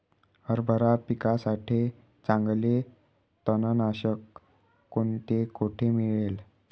हरभरा पिकासाठी चांगले तणनाशक कोणते, कोठे मिळेल?